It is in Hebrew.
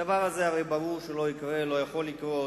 הדבר הזה ברור שלא יקרה, לא יכול לקרות,